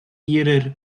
ihrer